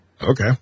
okay